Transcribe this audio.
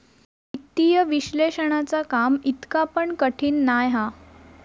वित्तीय विश्लेषणाचा काम इतका पण कठीण नाय हा